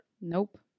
Nope